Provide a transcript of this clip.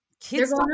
kids